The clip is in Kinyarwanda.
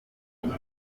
kandi